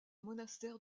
monastère